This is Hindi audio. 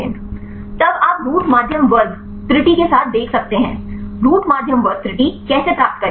तब आप रूट माध्य वर्ग त्रुटि के साथ देख सकते हैं रूट माध्य वर्ग त्रुटि कैसे प्राप्त करें